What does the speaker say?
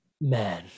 man